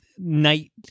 night